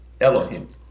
Elohim